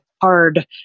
hard